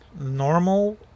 normal